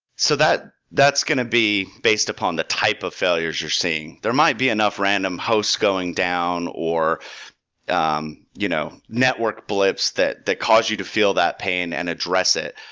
so that's going to be based upon the type of failures you're seeing. there might be enough random host going down or um you know network blips that that cause you to feel that pain and address it.